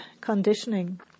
conditioning